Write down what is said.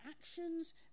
actions